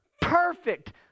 Perfect